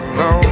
no